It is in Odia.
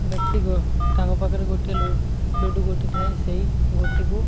ବ୍ୟକ୍ତିକୁ ତାଙ୍କ ପାଖରେ ଗୋଟିଏ ଲୁ ଲୁଡ଼ୁ ଗୋଟି ଥାଏ ସେଇ ଗୋଟିକୁ